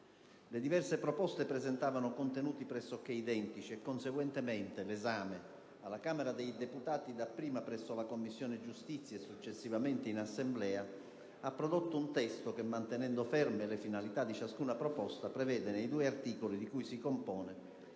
Le diverse proposte presentavano contenuti pressoché identici e conseguentemente l'esame alla Camera dei deputati, dapprima presso la Commissione giustizia e successivamente in Assemblea, ha prodotto un testo che, mantenendo ferme le finalità di ciascuna proposta, prevede nei due articoli di cui si compone